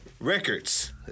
Records